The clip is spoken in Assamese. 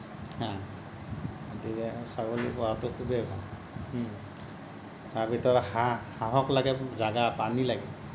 গতিকে ছাগলী পোহাটো খুবেই ভাল হুম তাৰ ভিতৰত হাঁহ হাঁহক লাগে জাগা পানী লাগে